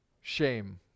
shame